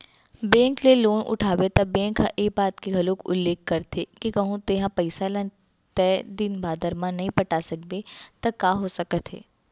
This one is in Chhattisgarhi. बेंक ले लोन उठाबे त बेंक ह ए बात के घलोक उल्लेख करथे के कहूँ तेंहा पइसा ल तय दिन बादर म नइ पटा सकबे त का हो सकत हे